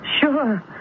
sure